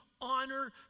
honor